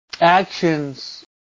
actions